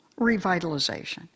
revitalization